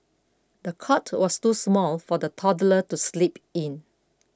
the cot was too small for the toddler to sleep in